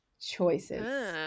choices